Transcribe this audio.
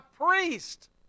priest